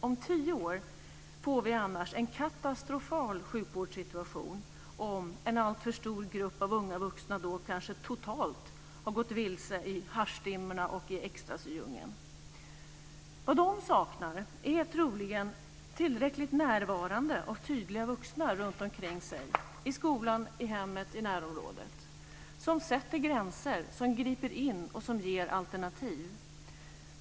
Om tio år får vi annars en katastrofal sjukvårdssituation om en alltför stor grupp unga vuxna då kanske totalt har gått vilse i haschdimmorna och ecstasydjungeln. Vad de saknar är troligen tillräckligt närvarande och tydliga vuxna runtomkring sig i skola, hem och närområde, som sätter gränser, som griper in och som ger alternativ.